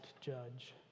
judge